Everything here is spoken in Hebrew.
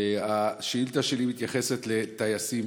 השאילתה שלי מתייחסת לטייסים,